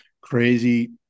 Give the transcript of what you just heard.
crazy